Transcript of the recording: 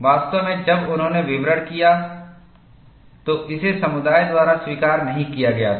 वास्तव में जब उन्होंने विवरण किया तो इसे समुदाय द्वारा स्वीकार नहीं किया गया था